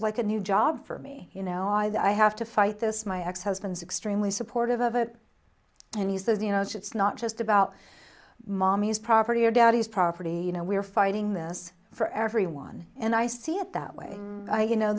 like a new job for me you know i have to fight this my ex husband extremely supportive of it and he says you know it's not just about mommy's property or daddy's property you know we're fighting this for everyone and i see it that way you know